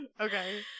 Okay